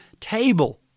table